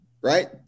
Right